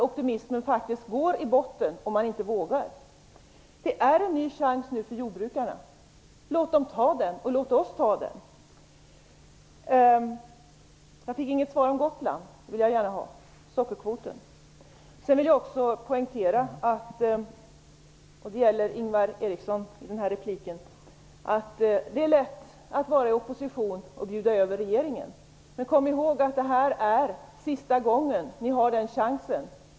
Optimismen kan faktiskt gå i botten om man inte vågar något här. Det är nu en ny chans för jordbrukarna. Låt både dem och oss ta den chansen! Jag fick inget svar om sockerkvoten och Gotland. Ett svar vill jag gärna ha. Sedan vill jag poängtera, Ingvar Eriksson, att det är lätt att vara i opposition och att bjuda över regeringen. Men kom ihåg att det nu är sista gången som ni har den chansen.